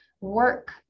work